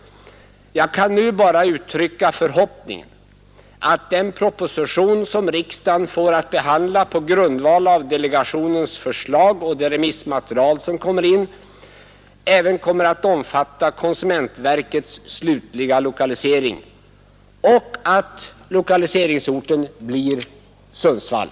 Jag kan nu bara uttrycka förhoppningen, att den proposition som riksdagen får att behandla på grundval av delegationens förslag och det remissmaterial som kommer in även kommer att omfatta konsumentverkets slutliga lokalisering och att lokaliseringsorten blir Sundsvall.